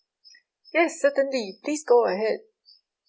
yes certainly please go ahead